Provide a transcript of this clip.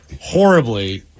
horribly